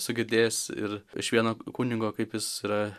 esu girdėjęs ir iš vieno kunigo kaip jis yra